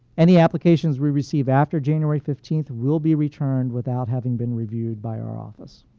any applications we receive after january fifteen will be returned without having been reviewed by our office.